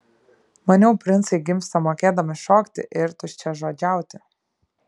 maniau princai gimsta mokėdami šokti ir tuščiažodžiauti